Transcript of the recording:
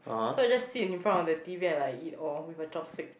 so I just sit in front of the T_V and like eat or with a chopstick